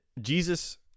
Jesus